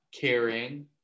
caring